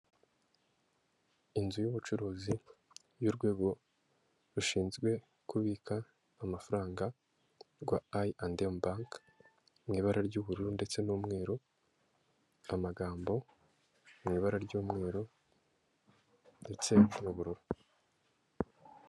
Inzu y'ubucuruzi y'urwego rushinzwe kubika amafaranga rwa Ayi andi emu banke mu ibara ry'ubururu ndetse n'umweru, amagambo mu ibara ry'umweru ndetse n'ubururu.